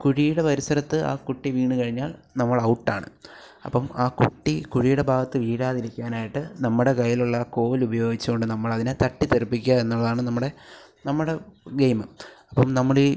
കുഴിയുടെ പരിസരത്ത് ആ കുട്ടി വീണു കഴിഞ്ഞാൽ നമ്മൾ ഔട്ടാണ് അപ്പം ആ കുട്ടി കുഴിയുടെ ഭാഗത്ത് വീഴാതിരിക്കാനായിട്ട് നമ്മുടെ കൈയിലുള്ള കോൽ ഉപയോഗിച്ചു കൊണ്ട് നമ്മൾ അതിനെ തട്ടി തെറിപ്പിക്കുക എന്നുള്ളതാണ് നമ്മുടെ നമ്മുടെ ഗെയിമ് അപ്പം നമ്മൾ ഈ